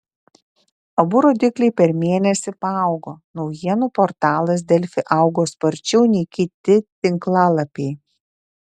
abu rodikliai per mėnesį paaugo naujienų portalas delfi augo sparčiau nei kiti tinklalapiai